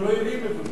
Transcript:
הם לא יודעים את זה.